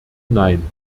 nein